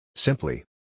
Simply